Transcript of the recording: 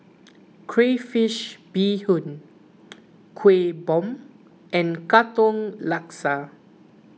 Crayfish BeeHoon Kuih Bom and Katong Laksa